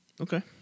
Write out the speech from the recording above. Okay